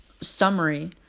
summary